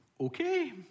Okay